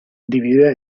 dividida